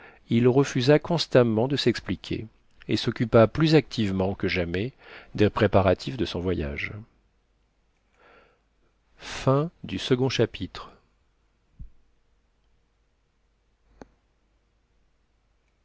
il refusa constamment de s'expliquer et s'occupa plus activement que jamais des préparatifs de son voyage chapitre